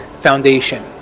foundation